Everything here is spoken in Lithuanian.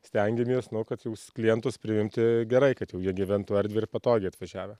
stengiamės kad jau klientus priimti gerai kad jau jie gyventų erdviai ir patogiai atvažiavę